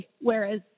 whereas